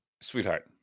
Sweetheart